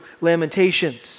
Lamentations